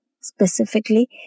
specifically